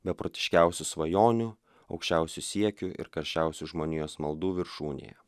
beprotiškiausių svajonių aukščiausių siekių ir karščiausių žmonijos maldų viršūnėje